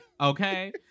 Okay